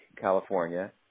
California